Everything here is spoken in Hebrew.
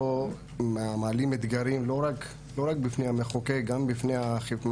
כדי להתמודד עם התופעות החמורות שאנחנו עדים להן.